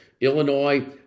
Illinois